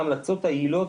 ההמלצות היעילות,